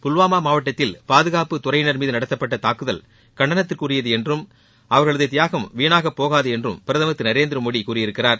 புல்வாமா மாவட்டத்தில் பாதுகாப்பு துறையினர் மீது நடத்தப்பட்ட தாக்குதல் கண்டனத்திற்குரியது என்றும் அவர்களது தியாகம் வீணாகப் போகாது என்றும் பிரதமர் திரு நரேந்திர மோடி கூறியிருக்கிறார்